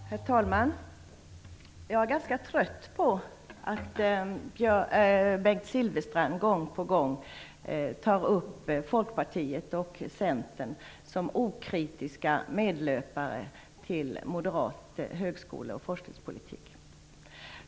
Herr talman! Jag är ganska trött på att Bengt Silfverstrand gång på gång betecknar Folkpartiet och Centern som okritiska medlöpare till en moderat högskole och forskningspolitik.